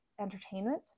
entertainment